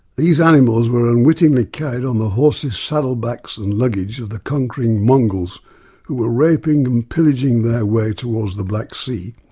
these animals were unwittingly carried on the horses' saddle bags and luggage of the conquering mongols who were raping and pillaging their way towards the black sea.